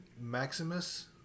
Maximus